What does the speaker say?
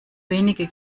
wenige